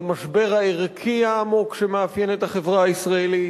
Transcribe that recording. למשבר הערכי העמוק שמאפיין את החברה הישראלית,